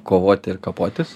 kovoti ir kapotis